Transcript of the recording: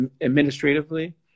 administratively